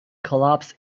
collapsed